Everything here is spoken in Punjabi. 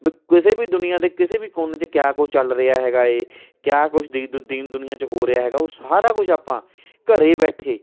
ਬਈ ਕਿਸੇ ਵੀ ਦੁਨੀਆਂ ਦੇ ਕਿਸੇ ਵੀ ਕੋਨੇ 'ਚ ਕਿਆ ਕੁਛ ਚੱਲ ਰਿਹਾ ਹੈਗਾ ਏ ਕਿਆ ਕੁਛ ਦੀ ਦੀਨ ਦੁਨੀਆਂ 'ਚ ਹੋ ਰਿਹਾ ਹੈਗਾ ਉਹ ਸਾਰਾ ਕੁਛ ਆਪਾਂ ਘਰੇ ਬੈਠੇ